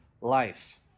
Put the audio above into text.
life